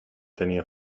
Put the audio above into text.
tenía